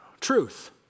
Truth